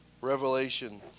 Revelation